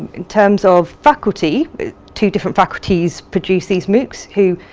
in terms of faculty, two different faculties produced these moocs who,